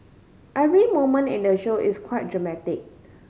every moment in the show is quite dramatic